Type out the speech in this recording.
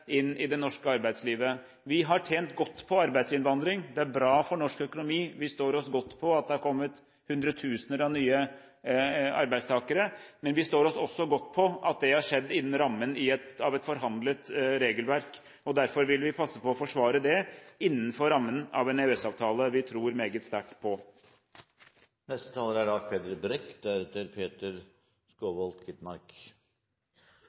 Vi har tjent godt på arbeidsinnvandring, den er bra for norsk økonomi. Vi står oss godt på at det har kommet hundretusener av nye arbeidstakere, men vi står oss også godt på at det har skjedd innen rammen av et forhandlet regelverk. Derfor vil vi passe på å forsvare det innenfor rammen av en EØS-avtale vi tror meget sterkt på. Det er